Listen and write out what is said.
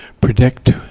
predict